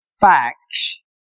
facts